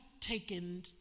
taken